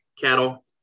cattle